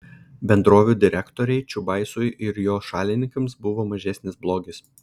bendrovių direktoriai čiubaisui ir jo šalininkams buvo mažesnis blogis